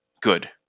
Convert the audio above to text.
good